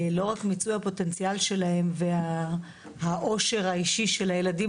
לא רק מיצוי הפוטנציאל שלהם והעושר האישי של הילדים